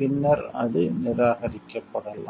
பின்னர் அது நிராகரிக்கப்படலாம்